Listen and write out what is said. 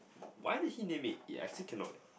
why did he name it it I still cannot